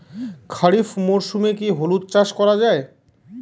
খরিফ মরশুমে কি হলুদ চাস করা য়ায়?